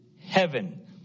heaven